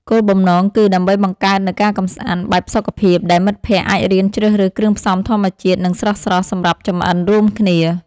គោលបំណងគឺ ដើម្បីបង្កើតនូវការកម្សាន្តបែបសុខភាព ដែលមិត្តភក្តិអាចរៀនជ្រើសរើសគ្រឿងផ្សំធម្មជាតិ និងស្រស់ៗសម្រាប់ចម្អិនរួមគ្នា។